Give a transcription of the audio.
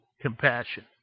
compassion